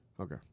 Okay